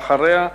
ואחריה,